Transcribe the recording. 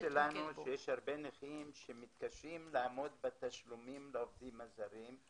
יש הרבה נכים שמתקשים לעמוד בתשלומים לעובדים הזרים,